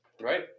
right